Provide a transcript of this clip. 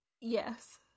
yes